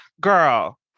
girl